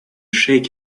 shake